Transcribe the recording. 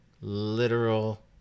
literal